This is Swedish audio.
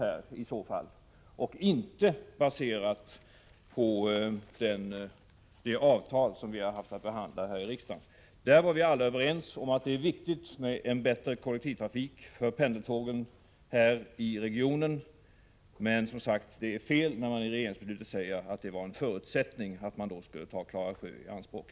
Det baseras inte på det avtal som vi hade att diskutera här i riksdagen. Vi var alla överens om att det är viktigt med en bättre kollektivtrafik med pendeltågen här i regionen. Men det är fel när man i regeringsbeslutet säger att detta förutsätter att Klara sjö tas i anspråk.